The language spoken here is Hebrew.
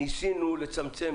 ניסינו לצמצם,